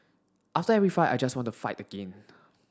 after every fight I just want to fight again